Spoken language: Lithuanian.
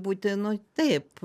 būti nu taip